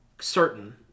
certain